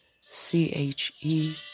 C-H-E